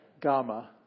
Gamma